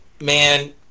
Man